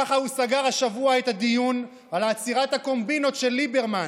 ככה הוא סגר השבוע את הדיון על עצירת הקומבינות של ליברמן,